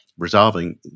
resolving